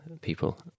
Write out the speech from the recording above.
people